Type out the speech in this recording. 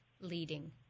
leading